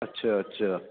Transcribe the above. اچھا اچھا